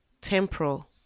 Temporal